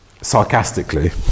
sarcastically